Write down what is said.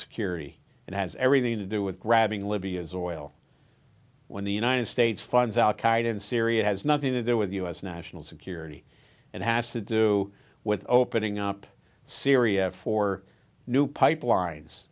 security and has everything to do with grabbing libya's oil when the united states finds out kaiden syria has nothing to do with u s national security and has to do with opening up syria for new pipelines